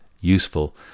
useful